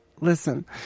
Listen